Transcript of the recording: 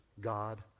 God